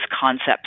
concepts